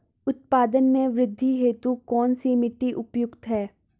उत्पादन में वृद्धि हेतु कौन सी मिट्टी उपयुक्त है?